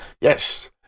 Yes